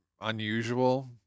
unusual